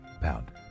pound